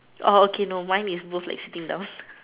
oh okay no mine is like both sitting down